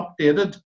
updated